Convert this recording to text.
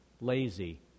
lazy